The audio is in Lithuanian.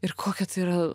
ir kokia tai yra